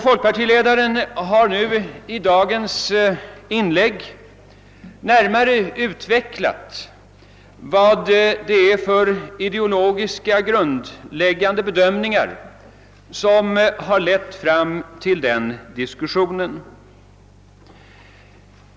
Folkpartiledaren har nu i dagens inlägg närmare utvecklat vad det är för ideologiskt grundläggande bedömningar som lett fram till den diskussionen.